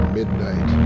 midnight